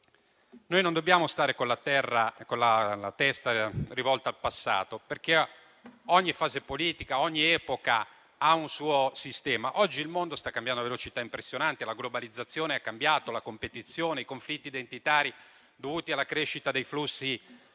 noi non dobbiamo stare con la testa rivolta al passato, perché ogni fase politica, ogni epoca, ha un suo sistema. Oggi il mondo sta cambiando a velocità impressionante, con la globalizzazione che ha cambiato la competizione, con i conflitti identitari dovuti alla crescita dei flussi